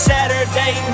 Saturday